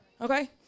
Okay